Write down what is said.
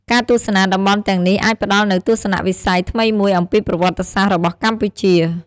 ការទស្សនាតំបន់ទាំងនេះអាចផ្តល់នូវទស្សនៈវិស័យថ្មីមួយអំពីប្រវត្តិសាស្រ្តរបស់កម្ពុជា។